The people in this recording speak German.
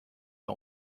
der